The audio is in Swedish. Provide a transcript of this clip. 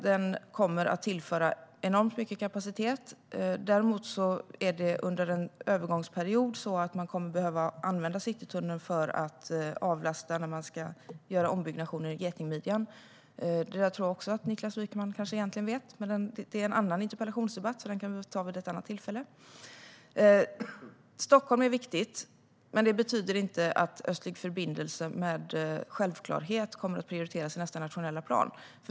Den kommer att tillföra enormt mycket kapacitet. Däremot kommer man under en övergångsperiod att behöva använda Citytunneln för att avlasta när man ska göra ombyggnationer av getingmidjan. Också det tror jag att Niklas Wykman egentligen vet. Men det är en annan interpellationsdebatt, så den kan vi väl ta vid ett annat tillfälle. Stockholm är viktigt, men det betyder inte att Östlig förbindelse med självklarhet kommer att prioriteras i nästa nationella plan.